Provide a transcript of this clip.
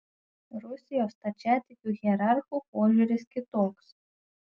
rusijos stačiatikių hierarchų požiūris kitoks